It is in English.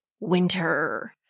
winter